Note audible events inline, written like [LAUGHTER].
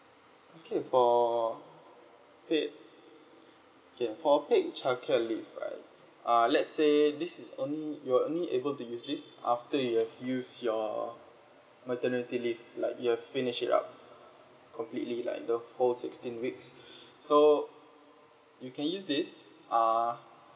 talking about paid okay for a paid childcare leave right uh let's say this is only you're only able to use this after you have used your maternity leave like you've finished it up completely like the whole sixteen weeks [BREATH] so you can use this err